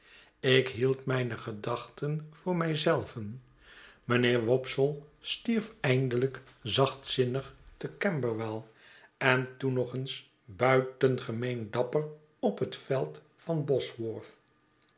ik hield mijne gedachten voor mij zelven mijnheer wopsle stierf eindelijk zachtzinnig te camberwell en toen nog eens buitengemeen dapper op het veld van